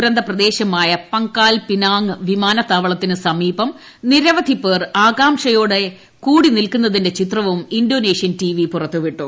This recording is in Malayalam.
ദുരന്ത പ്രദേശമായ പങ്കാൽ പിനാങ് വിമാനത്താവളത്തിന് സമീപം നിരവധി പേർ ആകാംക്ഷയോടെ കൂടി നിൽക്കുന്നതിന്റെ ചിത്രവും ഇൻഡോനേഷ്യൻ ടി വി പുറത്തുവിട്ടു